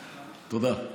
תודה.